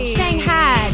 Shanghai